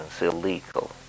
illegal